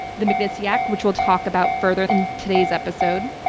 the magnitsky act, which we'll talk about further in today's episode.